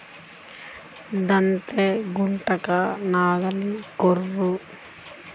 వ్యవసాయరంగంలో ఉపయోగించే సాధనాలు మరియు పరికరాలు ఏమిటీ?